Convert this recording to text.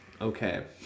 Okay